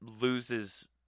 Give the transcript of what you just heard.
loses